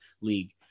league